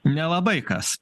nelabai kas